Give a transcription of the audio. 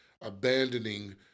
abandoning